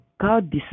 God